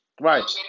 Right